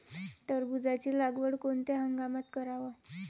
टरबूजाची लागवड कोनत्या हंगामात कराव?